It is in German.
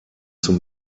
zum